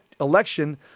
election